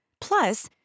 Plus